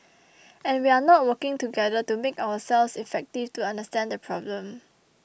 and we are not working together to make ourselves effective to understand the problem